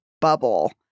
bubble